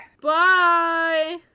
Bye